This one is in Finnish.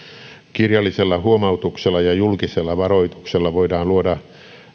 kirjallisella huomautuksella ja julkisella varoituksella voidaan luoda